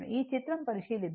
ఈ చిత్రాన్ని పరిశీలిద్దాం